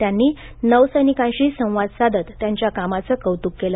त्यांनी नौसैनिकांशीही संवाद साधत त्यांच्या कामाचं कौतुक केल